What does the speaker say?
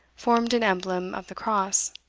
formed an emblem of the cross,